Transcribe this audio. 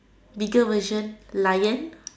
bigger version lion